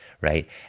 Right